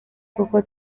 kuko